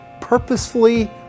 purposefully